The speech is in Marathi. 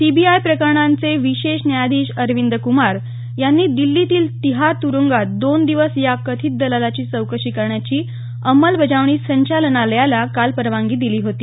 सीबीआय प्रकरणांचे विशेष न्यायाधीश अरविंद कुमार यांनी दिल्लीतील तिहार तुरुंगात दोन दिवस या कथित दलालाची चौकशी करण्याची अंमलबजावणी संचालनालयाला काल परवानगी दिली होती